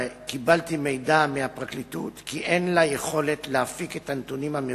קיבלתי מידע מהפרקליטות כי אין לה יכולת להפיק את הנתונים המבוקשים.